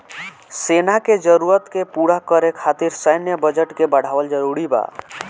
सेना के जरूरत के पूरा करे खातिर सैन्य बजट के बढ़ावल जरूरी बा